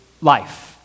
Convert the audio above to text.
life